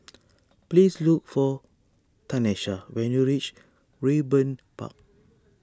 please look for Tanesha when you reach Raeburn Park